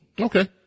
okay